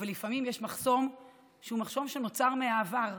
אבל לפעמים יש מחסום שנוצר מהעבר,